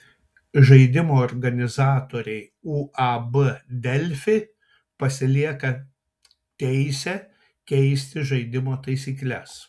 žaidimo organizatoriai uab delfi pasilieka teisę keisti žaidimo taisykles